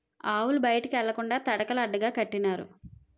ఆవులు బయటికి ఎల్లకండా తడకలు అడ్డగా కట్టినారు